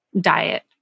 diet